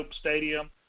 Stadium